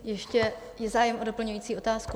Ještě je zájem o doplňující otázku?